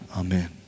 amen